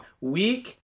weak